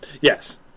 Yes